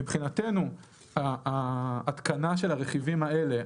מבחינתנו ההתקנה של הרכיבים האלה,